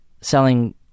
selling